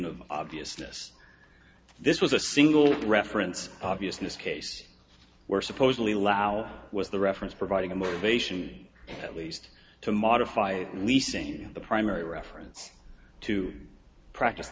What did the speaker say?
of obviousness this was a single reference obviousness case where supposedly allow was the reference providing a motivation at least to modify leasing the primary reference to practice